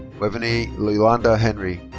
wavanie yolanda henry.